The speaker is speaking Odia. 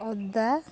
ଅଦା